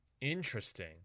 Interesting